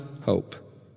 hope